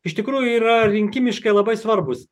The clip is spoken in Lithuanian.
iš tikrųjų yra rinkimiškai labai svarbūs